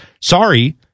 sorry